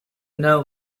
know